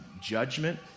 judgment